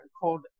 called